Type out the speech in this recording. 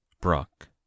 Brock